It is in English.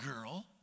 girl